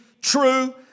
true